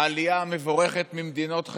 העלייה המבורכת מחבר מדינות,